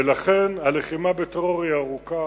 ולכן הלחימה בטרור היא ארוכה,